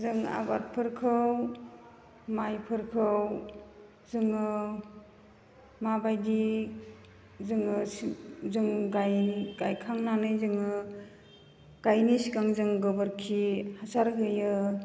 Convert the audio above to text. जों आबादफोरखौ माइफोरखौ जोङो माबायदि जोङो जों गायखांनानै जोङो गायनाय सिगां जों गोबोरखि हासार होयो